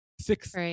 Six